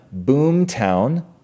Boomtown